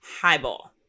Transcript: highball